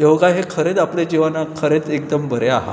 योगा हे खरेंच आपले जिवनाक खरेंच एकदम बरें आसा